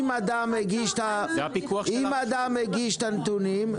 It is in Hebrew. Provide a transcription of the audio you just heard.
אם אדם הגיש את הנתונים,